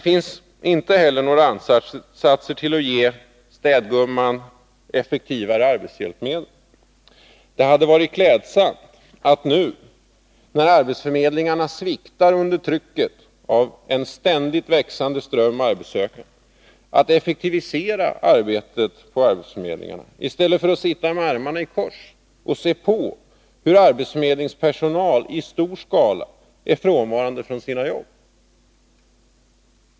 Inte heller har några ansatser gjorts för att ge städgumman effektivare arbetshjälpmedel. Det hade varit klädsamt att nu, när arbetsförmedlingarna sviktar under trycket av en ständigt växande ström av arbetssökande, effektivisera arbetet på arbetsförmedlingarna, i stället för att sitta med armarna i kors och åse hur arbetsförmedlingspersonal i stor skala är frånvarande från sina jobb.